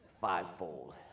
fivefold